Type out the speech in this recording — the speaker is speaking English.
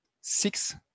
six